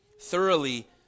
thoroughly